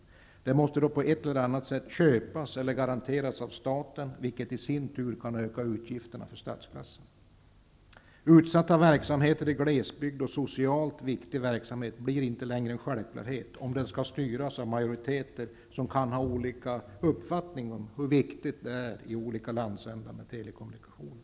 På ett eller annat sätt måste det bli fråga om köp eller garantier från staten, vilket i sin tur kan öka utgifterna för statskassan. Utsatta verksamheter i glesbygd och socialt viktig verksamhet kommer inte längre att vara självklarheter om verksamheterna skall styras av majoriteter som kanske har olika uppfattning om hur viktigt det är i olika landsändar med telekommunikationer.